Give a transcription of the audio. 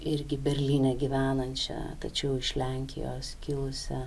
irgi berlyne gyvenančia tačiau iš lenkijos kilusia